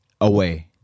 away